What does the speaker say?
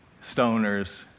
stoners